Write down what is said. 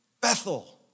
Bethel